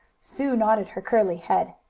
sue nodded her curly head.